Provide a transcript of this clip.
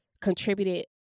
contributed